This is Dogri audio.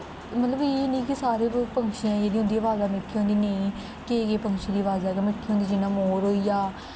मतलब कि एह् निं गै सारें पंक्षियें उंदियां अवाज़ा मिट्ठियां होंदियां नेईं केईं केईं पंक्षियें दी अवाजां गै मिट्ठी होंदियां जियां मोर होई गेआ